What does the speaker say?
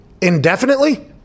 indefinitely